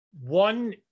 one